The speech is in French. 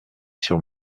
sur